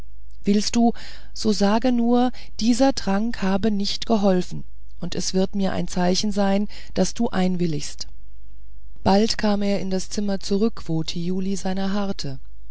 willst du so sage nur dieser trank habe nicht geholfen und es wird mir ein zeichen sein daß du einwilligst bald kam er in das zimmer zurück wo thiuli seiner harrte